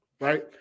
right